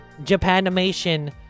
Japanimation